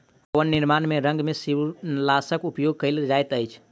भवन निर्माण में रंग में शिवालनाशक उपयोग कयल जाइत अछि